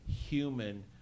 human